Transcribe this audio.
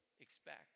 expect